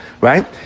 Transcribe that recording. right